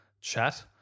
chat